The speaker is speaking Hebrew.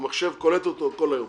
המחשב קולט אותו כל היום.